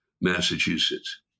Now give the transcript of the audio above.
Massachusetts